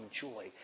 joy